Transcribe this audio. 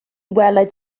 weled